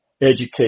education